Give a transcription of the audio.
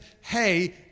Hey